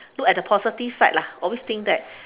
look at the positive side lah always think that